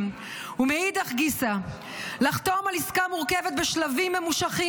ומאידך גיסא לחתום על עסקה מורכבת בשלבים ממושכים,